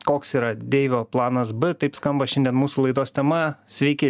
koks yra deivio planas b taip skamba šiandien mūsų laidos tema sveiki